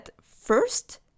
first